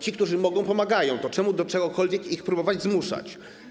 Ci, którzy mogą, pomagają, to czemu do czegokolwiek ich próbować zmuszać?